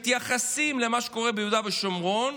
כשמתייחסים למה שקורה ביהודה ושומרון הם